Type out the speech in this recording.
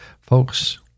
Folks